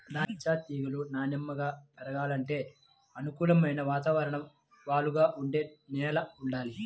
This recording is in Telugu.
దాచ్చా తీగలు నాన్నెంగా పెరగాలంటే అనుకూలమైన వాతావరణం, వాలుగా ఉండే నేల వుండాలి